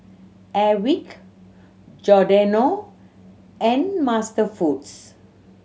Airwick Giordano and MasterFoods